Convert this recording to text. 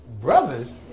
Brothers